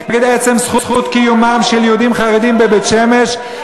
נגד עצם זכות קיומם של יהודים חרדים בבית-שמש,